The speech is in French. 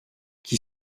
qui